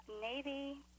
Navy